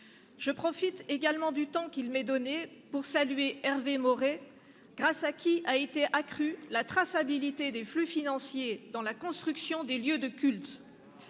Je profite également du temps qui m'est accordé pour saluer Hervé Maurey, grâce à qui a été accrue la traçabilité des flux financiers pour ce qui concerne la construction des lieux de cultes.